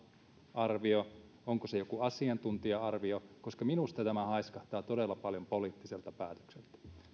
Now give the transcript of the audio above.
arvio onko se joku asiantuntija arvio minusta tämä haiskahtaa todella paljon poliittiselta päätökseltä